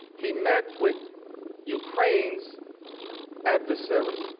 he met with ukraine's adversary.